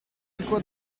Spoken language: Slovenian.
tako